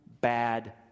bad